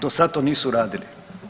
Do sada to nisu radili.